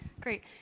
Great